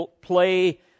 play